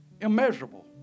immeasurable